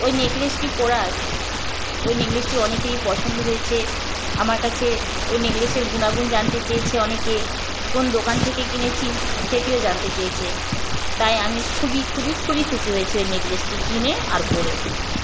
ওই নেকলেসটি পরায় ওই নেকলেসটি অনেকেরই পছন্দ হয়েছে আমার কাছে ওই নেকলেসের গুণাগুণ জানতে চেয়েছে অনেকে কোন দোকান থেকে কিনেছি সেটিও জানতে চেয়েছে তাই আমি খুবই খুবই খুবই খুশি হয়েছি ওই নেকলেসটি কিনে আর পরে